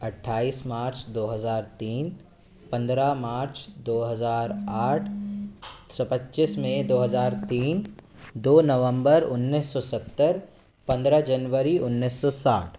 अट्ठाईस मार्च दो हज़ार तीन पंद्रह मार्च दो हज़ार आठ सौ पच्चीस मे दो हज़ार तीन दो नवंबर उन्नीस सौ सत्तर पन्द्रह जनवरी उन्नीस सौ साठ